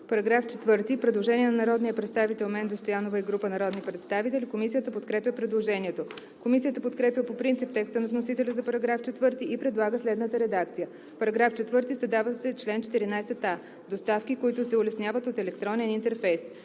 По § 3 има предложение на народния представител Менда Стоянова и група народни представители. Комисията подкрепя предложението. Комисията подкрепя по принцип текста на вносителя за § 4 и предлага следната редакция: „§ 4. Създава се чл. 14a: „Доставки, които се улесняват от електронен интерфейс